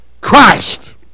Christ